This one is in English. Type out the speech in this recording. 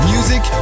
Music